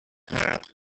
heart